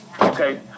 Okay